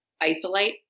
isolate